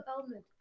element